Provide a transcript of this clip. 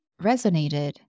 resonated